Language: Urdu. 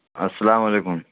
السلام علیکم